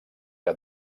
que